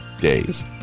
days